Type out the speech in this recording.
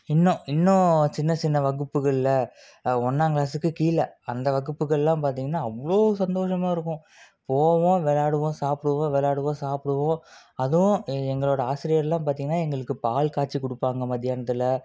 இன்னும் இன்னும் சின்ன சின்ன வகுப்புகளில் ஒன்னாங் கிளாசுக்கு கீழே அந்த வகுப்புகள் எல்லாம் பார்த்திங்கன்னா அவ்வளோ சந்தோஷமாக இருக்கும் போவோம் விளயாடுவோம் சாப்பிடுவோம் விளயாடுவோம் சாப்பிடுவோம் அதுவும் எங்களோட ஆசிரியர்ளாக பார்த்திங்கன்னா எங்களுக்கு பால் காய்சி கொடுப்பாங்க மத்தியானத்தில்